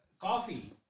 coffee